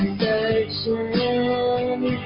searching